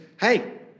hey